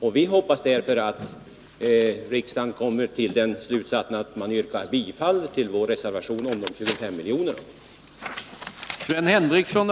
Vi hoppas därför att riksdagen kommer till den slutsatsen att man skall bifalla vår reservation om de 25 miljonerna.